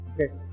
Okay